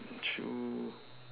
two